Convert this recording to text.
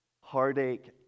heartache